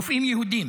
רופאים יהודים,